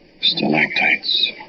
Stalactites